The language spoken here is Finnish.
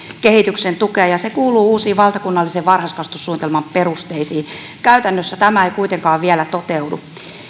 kehityksen tukea ja se kuuluu uusiin valtakunnallisiin varhaiskasvatussuunnitelman perusteisiin käytännössä tämä ei kuitenkaan vielä toteudu